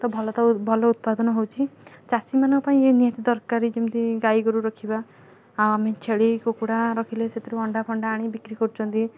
ତ ଭଲ ତ ଭଲ ଉତ୍ପାଦନ ହେଉଛି ଚାଷୀମାନଙ୍କ ପାଇଁ ଏହା ନିହାତି ଦରକାର ଏ ଯେମିତି ଗାଈ ଗୋରୁ ରଖିବା ଆମେ ଛେଳି କୁକୁଡା ରଖିଲେ ସେଥିରୁ ଅଣ୍ଡା ଫଣ୍ଡା ଆଣି ବିକ୍ରି କରୁଛନ୍ତି